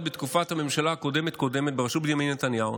בתקופת הממשלה הקודמת-קודמת בראשות בנימין נתניהו,